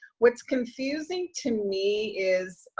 what's confusing to me is